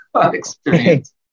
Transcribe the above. experience